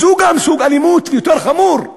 זה גם סוג אלימות, יותר חמור,